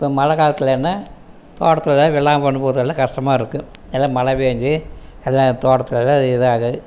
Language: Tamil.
இப்போ மழை காலத்திலன்னா தோட்டத்தில் கொண்டு போறதெல்லாம் கஷ்டமாக இருக்கும் எல்லா மழை பேய்ஞ்சி எல்லா தோட்டத்தில் எதாவது